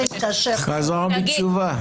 חזר בתשובה.